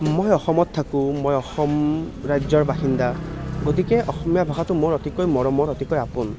মই অসমত থাকোঁ মই অসম ৰাজ্যৰ বাসিন্দা গতিকে অসমীয়া ভাষাটো মোৰ অতিকৈ মৰমৰ অতিকৈ আপোন